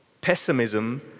Pessimism